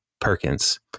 Perkins